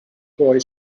boy